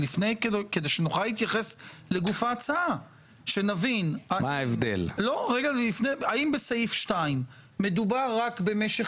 אז כדי שנוכל להתייחס לגוף ההצעה שנבין האם בסעיף 2 מדובר רק במשך